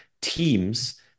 teams